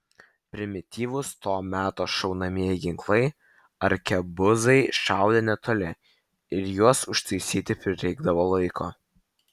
primityvūs to meto šaunamieji ginklai arkebuzai šaudė netoli ir juos užtaisyti prireikdavo laiko